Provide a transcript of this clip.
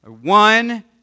one